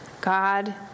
God